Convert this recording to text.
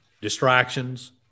distractions